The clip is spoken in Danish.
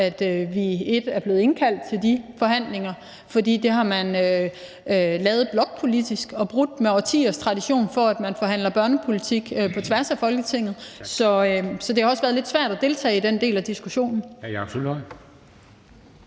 at vi er blevet indkaldt til de forhandlinger, fordi man har lavet det blokpolitisk og brudt med årtiers tradition for, at man forhandler børnepolitik på tværs af Folketinget. Så det har også været lidt svært at deltage i den del af diskussionen.